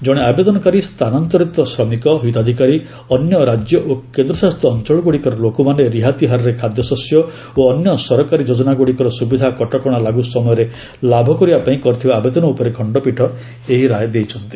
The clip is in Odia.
ଜଣେ ଆବେଦନକାରୀ ସ୍ଥାନାନ୍ତରିତ ଶ୍ରମିକ ହିତାଧିକାରୀ ଅନ୍ୟ ରାଜ୍ୟ ଓ କେନ୍ଦ୍ରଶାସିତ ଅଞ୍ଚଳଗ୍ରଡ଼ିକର ଲୋକମାନେ ରିହାତି ହାରରେ ଖାଦ୍ୟଶସ୍ୟ ଓ ଅନ୍ୟ ସରକାରୀ ଯୋଜନାଗୁଡ଼ିକର ସୁବିଧା କଟକଣା ଲାଗୁ ସମୟରେ ଲାଭ କରିବା ପାଇଁ କରିଥିବା ଆବେଦନ ଉପରେ ଖଣ୍ଡପୀଠ ଏହି ରାୟ ଦେଇଛନ୍ତି